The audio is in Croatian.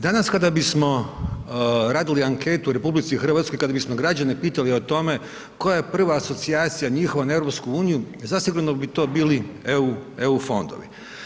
Danas kada bismo radili anketu u RH, kada bismo građane pitali o tome koja je prva asocijacija njihova na EU, zasigurno bi to bili EU fondovi.